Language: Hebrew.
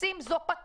מפספסים זה פטרונות.